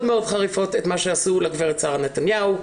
מאוד חריפות את מה שעשו לגברת שרה נתניהו,